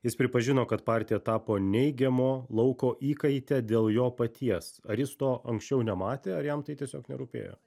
jis pripažino kad partija tapo neigiamo lauko įkaite dėl jo paties ar jis to anksčiau nematė ar jam tai tiesiog nerūpėjo